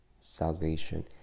salvation